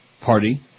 party